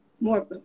more